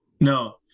No